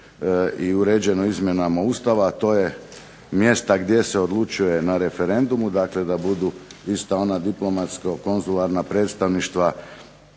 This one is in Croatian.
i uređeno izmjenama Ustava, a to je mjesta gdje se odlučuje na referendumu, dakle da budu ista ona diplomatsko-konzularna predstavništva